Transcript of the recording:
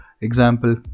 Example